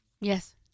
Yes